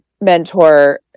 mentor